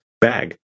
bag